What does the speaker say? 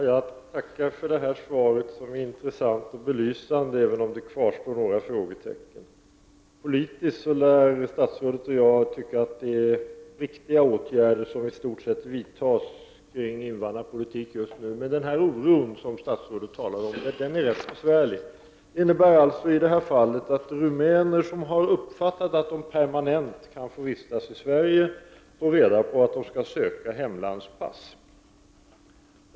Herr talman! Jag tackar för svaret som var intressant och belysande, även om det kvarstår några frågetecken. Politiskt lär statsrådet och jag anse att det i stort är viktiga åtgärder som just nu vidtas beträffande invandrarpolitiken. Men denna oro som statsrådet talar om är ganska besvärlig. I det här fallet innebär det att rumäner som har uppfattat att de permanent kan vistas i Sverige får reda på att de måste söka hemlandspass.